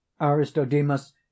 Aristodemus